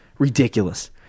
ridiculous